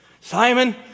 Simon